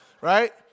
right